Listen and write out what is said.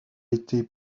été